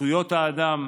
זכויות האדם,